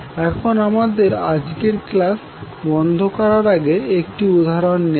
এখন আমাদের আজকের ক্লাস বন্ধ করার আগে একটি উদাহরণ নেওয়া যাক